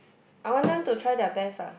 I want them to try their best lah